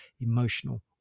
emotional